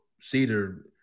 cedar